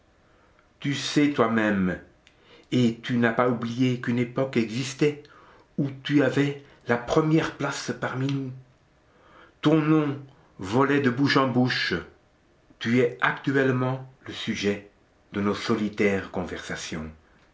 tu sais toi-même et tu n'as pas oublié qu'une époque existait où tu avais la première place parmi nous ton nom volait de bouche en bouche tu es actuellement le sujet de nos solitaires conversations